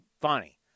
funny